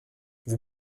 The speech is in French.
vous